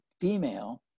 female